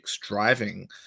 driving